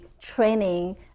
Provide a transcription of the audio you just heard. training